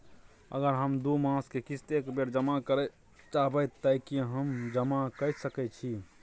अगर हम दू मास के किस्त एक बेर जमा करे चाहबे तय की हम जमा कय सके छि?